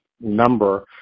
number